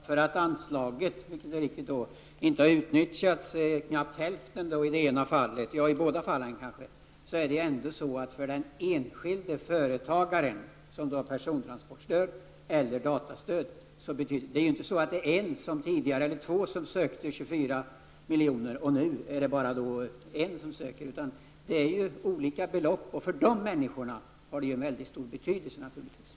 Herr talman! Även om Olle Östrand konstaterar att anslagen inte har gått åt och inte har utnyttjats mer än till knappt hälften i båda fallen, betyder persontransportstödet och datastödet mycket för de enskilda företagarna. Det är ju inte så att det tidigare var bara två företagare som sökte de 24 miljonerna och nu bara en, utan det gäller ju flera olika företagare, och för dem har dessa stöd en oerhörd betydelse.